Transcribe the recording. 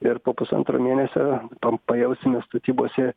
ir po pusantro mėnesio pam pajausime statybose